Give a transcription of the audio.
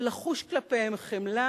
ולחוש כלפיהם חמלה,